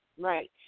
right